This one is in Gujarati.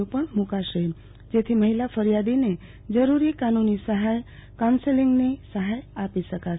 ઓ પણ મુ કાશે જેથી મહિલા ફરીયાદીને જરૂરી કાનુ ની સહાય કાઉન્સેલીગની સહાય આપી શકાશે